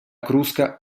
crusca